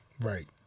Right